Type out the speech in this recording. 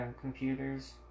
computers